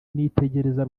nitegereza